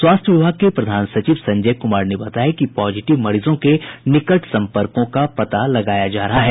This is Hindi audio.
स्वास्थ्य विभाग के प्रधान सचिव संजय कुमार ने बताया कि पॉजिटिव मरीजों के निकट संपर्कों का पता लगाया जा रहा है